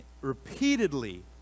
repeatedly